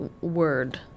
word